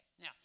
now